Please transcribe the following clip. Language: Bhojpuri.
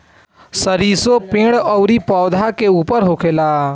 सरीसो पेड़ अउरी पौधा के ऊपर होखेला